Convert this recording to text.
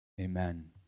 amen